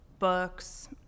books